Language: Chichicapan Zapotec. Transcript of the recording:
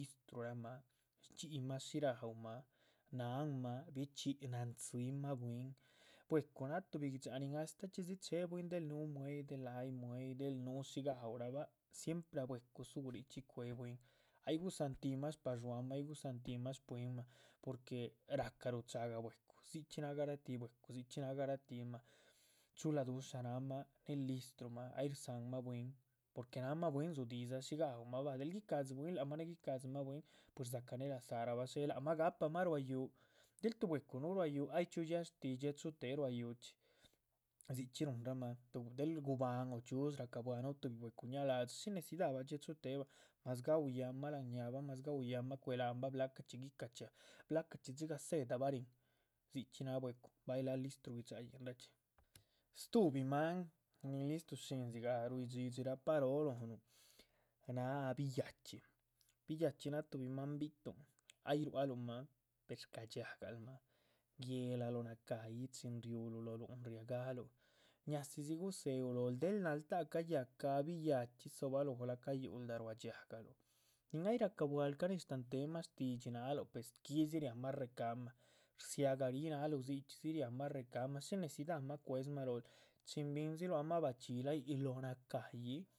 Listrurahma, rdxi´hyi shí raúhma, náhanma biechxí náhantzimah bwín, bwecu náh tuhbi gui´dxa nin astáh chxídzi che´bwín del núhu. mue´yih, del ahyi mue´yih del núhu shí gaúhrahba, siempre láac bwecu dzú richxí cue´bwín, ay guza´hantinh mah shpadxuámah ay guza´hantinh mah. shpwínmah, porque ra´cah rucha´gah bwecu, dzichxí náha garatíh bwecu, dzichxí náha garatíhma, chula dusha náhama, née listruhma, ay rdzánma bwín, porque. náhnma bwín dzudi´dza shí gaúhmah ba, del guica´dzi bwín née guica´dzi mah bwín, pues dza´cah née laza´rahba dxé, lác mah gahpamah ruá yúhu,. del tuh bwecu núhu ruá ýuhu ay chxíu dxia´shtih dxie´chutéhe, ruá yúhu chxí, dzichxí ruhunrahmah del gubáhan, o chxíudzha racabuah núhu. tuhbi bwecu ña'ladzi shí necidaba dxié chute´he ba mas gaúh yaa´ma láhan ñáabah, gaúh yaa´ma cue´lahanba gan blacachxí gica´chxíaa gan blacachxí. dxigah séda bah ríhin, dzichxí náha bwecu, bay láh listru gui´dxáyin ra´chxí, stuhbi náha, listrushín, dzi´gah ruidhxídxiraa pa´roo lóhnu, náha. biyhachí, biyhachí náha tuhbi máan bi´tuhn, ay ruá luhma, per shca´dxiahgal mah, guéhla lóh naca´yih, chin riuluh lóh lúhun, riaga´luh ña´dzizi. guse´u lóhl, del naltáh caya´cah biyhachí dzo´baloh gu´lda ruá dxiahgaluh, nin ay racabuahl ca´nez shtán teh mah, shtídxi náahlu, per squídzi riáhma. recahma, rdziágahrih náaluh, dzichxí riámah, recahma, shí nedzidama cue´dz mah lóhol, chin bindziluh ahma bachxi´lah yíc. lóh naca´yih